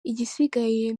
igisigaye